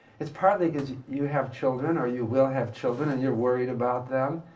it's partly because you have children or you will have children and you're worried about them.